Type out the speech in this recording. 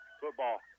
football